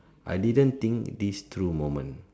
I didn't think this through moment